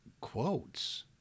quotes